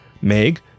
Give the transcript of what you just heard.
Meg